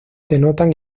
denotan